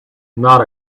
not